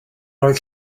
oedd